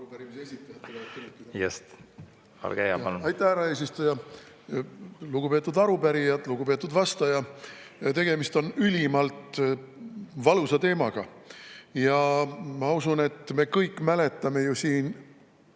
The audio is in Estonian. Aitäh, härra eesistuja! Lugupeetud arupärijad! Lugupeetud vastaja! Tegemist on ülimalt valusa teemaga. Ma usun, et me kõik mäletame siin